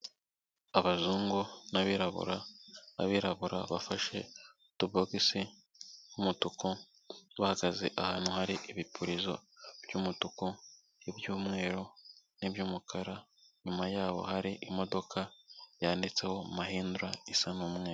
Abazungu n'abirabura, abirabura bafashe utubogisi tw'umutuku, bahagaze ahantu hari ibipirizo by'umutuku, iby'umweru n'iby'umukara, inyuma yaho hari imodoka yanditseho mahindra, isa n'umweru.